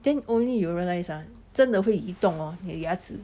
then only you will realise ah 真的会移动 lor 你的牙齿